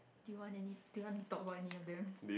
do you want any do you want talk about any of them